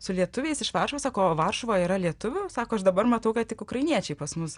su lietuviais iš varšuvos sako o varšuvoje yra lietuvių sako aš dabar matau kad ukrainiečiai pas mus